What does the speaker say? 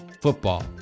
football